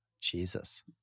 Jesus